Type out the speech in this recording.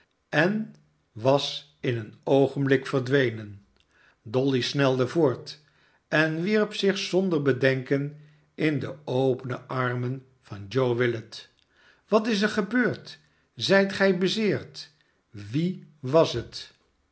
en was in een oogenblik verdwenen dolly snelde voort en wierp zich zonder bedenken in de opene armen van joe willet wat is er gebeurd zijt gij bezeerdr wie was het